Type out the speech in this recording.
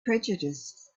prejudices